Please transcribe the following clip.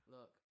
Look